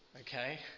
okay